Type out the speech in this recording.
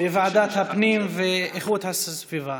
בוועדת הפנים ואיכות הסביבה.